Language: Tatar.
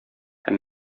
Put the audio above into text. һәм